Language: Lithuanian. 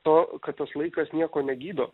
to kad tas laikas nieko negydo